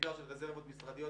בעיקר של רזרבות משרדיות,